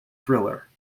thriller